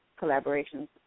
collaborations